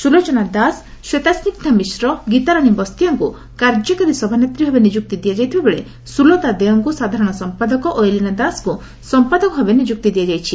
ସୁଲୋଚନା ଦାସ ଶ୍ୱେତାସିଗ୍ଗା ମିଶ୍ର ଗୀତାରାଶୀ ବସ୍ତିଆଙ୍କୁ କାର୍ଯ୍ୟକାରୀ ସଭାନେତ୍ରୀଭାବେ ନିଯୁକ୍ତି ଦିଆଯାଇଥିବାବେଳ ସୁଲୋତା ଦେଓଙ୍କୁ ସାଧାରଣ ସମ୍ପାଦକ ଓ ଏଲିନା ଦାସଙ୍କୁ ସମ୍ମାଦକଭାବେ ନିଯୁକ୍ତି ଦିଆଯାଇଛି